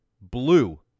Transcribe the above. blue